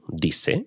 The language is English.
dice